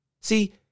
See